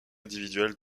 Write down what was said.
individuelles